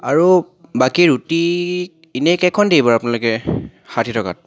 আৰু বাকী ৰুটি এনেই কেইখন দিয়ে বাৰু আপোনালোকে ষাঠি টকাত